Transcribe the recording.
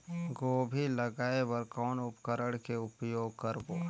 गोभी जगाय बर कौन उपकरण के उपयोग करबो?